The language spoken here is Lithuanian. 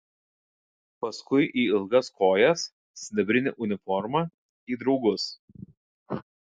paskui į ilgas kojas sidabrinę uniformą į draugus